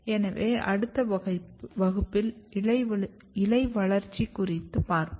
எனவே அடுத்த வகுப்பில் இலை வளர்ச்சி குறித்து பார்ப்போம்